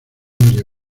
oye